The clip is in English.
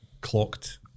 clocked